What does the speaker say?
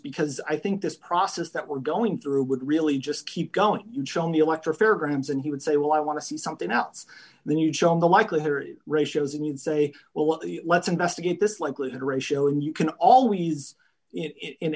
because i think this process that we're going through would really just keep going you show me a letter a fairgrounds and he would say well i want to see something else then you show the likelihood ratios and you'd say well let's investigate this likelihood ratio and you can always i